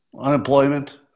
unemployment